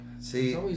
See